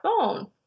phone